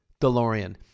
DeLorean